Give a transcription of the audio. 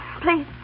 please